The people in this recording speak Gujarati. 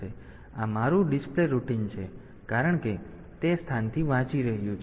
તેથી આ મારું ડિસ્પ્લે રૂટિન છે કારણ કે તે તે સ્થાનથી વાંચી રહ્યું છે